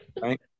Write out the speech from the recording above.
right